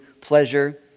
pleasure